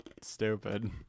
stupid